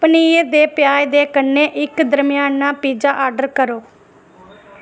पनीर ते प्याज दे कन्नै इक दरम्याना पिज़्ज़ा आर्डर करो